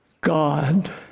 God